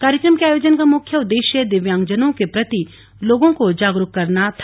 कार्यक्रम के आयोजन का मुख्य उद्देश्य दिव्यांगजनों के प्रति लोगों को जागरूक करना है था